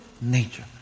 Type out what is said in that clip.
nature